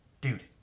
Dude